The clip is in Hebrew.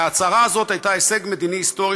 ההצהרה הזאת הייתה הישג מדיני היסטורי